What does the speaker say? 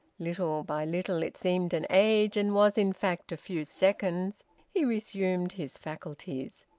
little by little it seemed an age, and was in fact a few seconds he resumed his faculties,